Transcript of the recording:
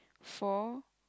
four